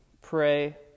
pray